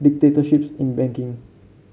dictatorships in banking